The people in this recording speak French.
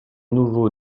nouveaux